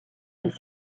des